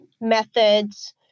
methods